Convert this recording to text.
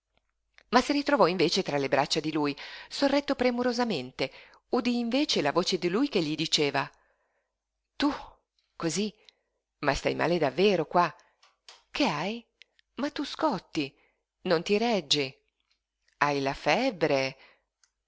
ma si ritrovò invece tra le braccia di lui sorretto premurosamente udí invece la voce di lui che gli diceva tu cosí ma stai male davvero qua che hai ma tu scotti non ti reggi hai la febbre